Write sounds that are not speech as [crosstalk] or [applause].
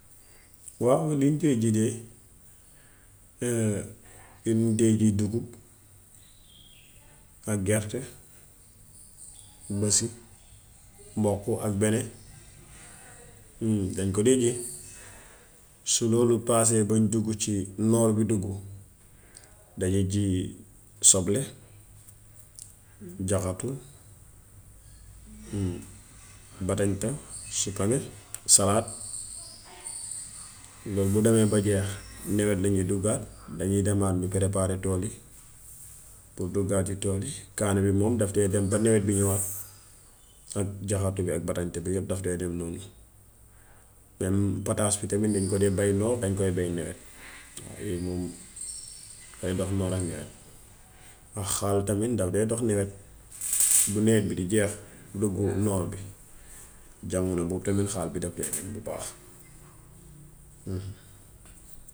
Waaw liñ tee ji de, [hesitation] dañ dee ji dugub ak gerte, bësi, mboq ak ben, ñun dañ ko dee ji. Su loolu paasee ba ñu dugg ci noor bi duggu dañuy ji soble, jaxatu, [hesitation] batañta, suppome, salaat. Lool bu demee ba jeex newet lañuy duggaat. Dañuy demaat di préparer tool yi pour duggaat ci tool yi. Kaani bi moom daf dee dem ba nawet bi ñëwaat ak jaxatu bi ak batañta bi. Yépp daf dee deme noonu dem pataas bi tam dañ ko dee bay noor, dañ koy bay nawet. Waaw yooyu moom, day dox noor ak nawet ak xaal itam daf dee dox nawet. Bu nawet bi di jeex duggu noor bi. Jamono boobu tamit xaal bi daf dee dom bu baax. [unintelligible]